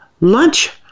lunch